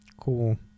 cool